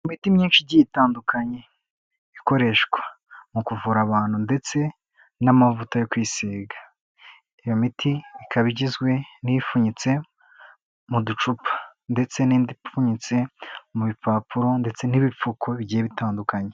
Imiti myinshi igiye itandukanye ikoreshwa mu kuvura abantu ndetse n'amavuta yo kwisiga, iyo miti ikaba igizwe n'ipfunyitse mu ducupa ndetse n'ipfunyitse mu bipapuro, ndetse n'ibipfuko bigiye bitandukanye.